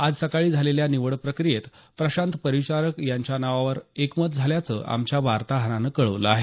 आज सकाळी झालेल्या निवड प्रक्रियेत प्रशांत परिचारक यांच्या नावावर एकमत झाल्याचं आमच्या वार्ताहरानं कळवलं आहे